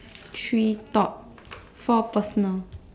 three thought four personal